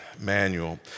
manual